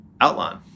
outline